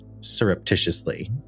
surreptitiously